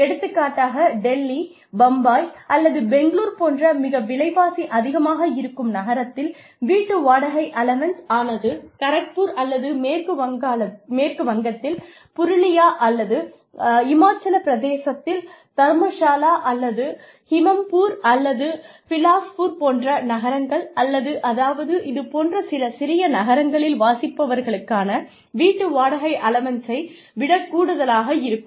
எடுத்துக்காட்டாக டெல்லி பம்பாய் அல்லது பெங்களூர் போன்ற மிக விலைவாசி அதிகமாக இருக்கும் நகரத்தில் வீட்டு வாடகை அலவன்ஸ் ஆனது கரக்பூர் அல்லது மேற்கு வங்கத்தில் புருலியா அல்லது இமாச்சலப்பிரதேசத்தில் தர்மஷாலா அல்லது ஹமீர்பூர் அல்லது பிலாஸ்பூர் போன்ற நகரங்கள் அல்லது அதாவது இதுபோன்ற சில சிறிய நகரங்களில் வசிப்பவர்களுக்கான வீட்டு வாடகை அலவன்ஸை விடக்கூடுதலாக இருக்கும்